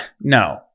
No